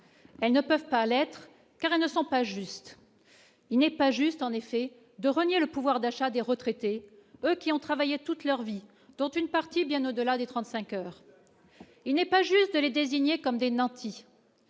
elles ne peuvent pas l'être, car elles ne sont pas justes, il n'est pas juste en effet de rogner le pouvoir d'achat des retraités qui ont travaillé toute leur vie, dont une partie, bien au-delà des 35 heures, il n'est pas juste de les désigner comme des nantis,